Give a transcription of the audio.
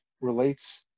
relates